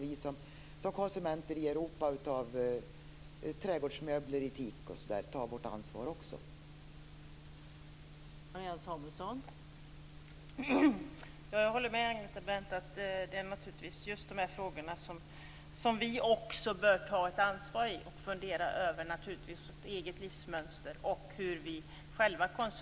Vi som konsumenter i Europa får kanske ta vårt ansvar i fråga om köp av trädgårdsmöbler i teak osv.